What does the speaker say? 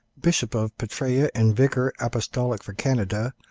bishop of petraea and vicar apostolic for canada,